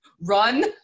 run